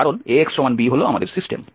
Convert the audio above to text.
কারণ Ax b হল আমাদের সিস্টেম